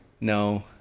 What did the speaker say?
No